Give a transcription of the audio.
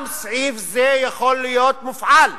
גם סעיף זה יכול להיות מופעל.